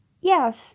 yes